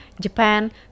Japan